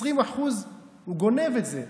20%. הוא גונב את זה,